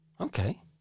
Okay